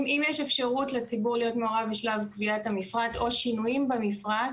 אם יש אפשרות לציבור להיות מעורב בשלב קביעת המפרט או שינויים במפרט,